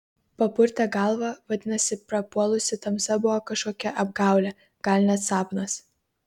papurtė galvą vadinasi prapuolusi tamsa buvo kažkokia apgaulė gal net sapnas